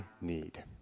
need